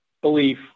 belief –